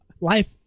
life